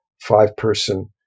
five-person